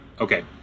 Okay